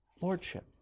lordship